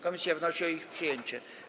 Komisja wnosi o ich przyjęcie.